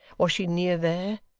was she near there?